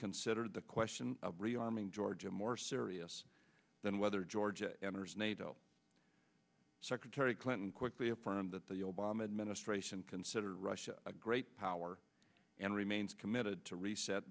considered the question of rearming georgia more serious than whether georgia enters nato secretary clinton quickly affirmed that the obama administration considered russia a great power and remains committed to reset